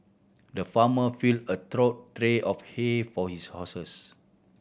the farmer filled a trough three of hay for his horses